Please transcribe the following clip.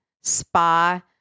spa